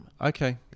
Okay